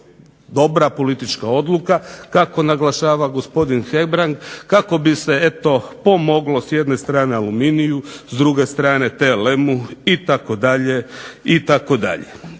dobra politička odluka kako naglašava gospodin Hebrang, kako bi se pomoglo s jedne strane aluminiju, s druge strane TLM-u itd.